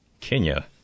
Kenya